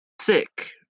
Sick